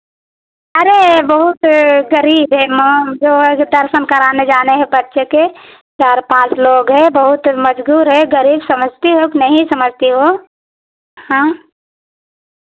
अरे बहुत गरीब हैं मैम जो है के दर्शन कराने जाने है बच्चे के चार पाँच लोग है बहुत मजबूर है गरीब समझती हो कि नहीं समझती हो हाँ